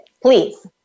Please